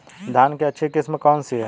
धान की अच्छी किस्म कौन सी है?